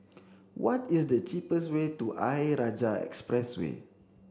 what is the cheapest way to Ayer Rajah Expressway